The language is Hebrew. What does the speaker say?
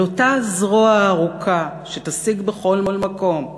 אבל אותה זרוע ארוכה שתשיג בכל מקום,